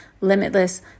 limitless